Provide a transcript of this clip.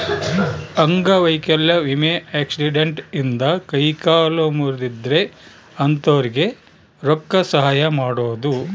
ಅಂಗವೈಕಲ್ಯ ವಿಮೆ ಆಕ್ಸಿಡೆಂಟ್ ಇಂದ ಕೈ ಕಾಲು ಮುರ್ದಿದ್ರೆ ಅಂತೊರ್ಗೆ ರೊಕ್ಕ ಸಹಾಯ ಮಾಡೋದು